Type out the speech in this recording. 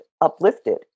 uplifted